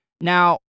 Now